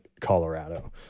Colorado